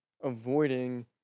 avoiding